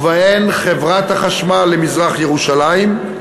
ובהן חברת החשמל למזרח-ירושלים,